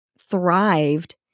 thrived